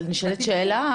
אבל נשאלת שאלה,